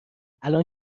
الان